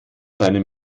seine